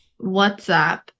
WhatsApp